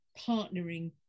partnering